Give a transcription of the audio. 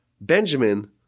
Benjamin